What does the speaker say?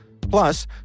Plus